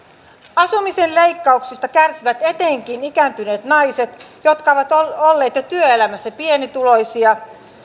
asumisen leikkauksista kärsivät etenkin ikääntyvät naiset jotka ovat olleet jo työelämässä pienituloisia